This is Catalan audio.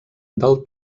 del